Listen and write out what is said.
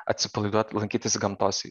atsipalaiduot lankytis gamtos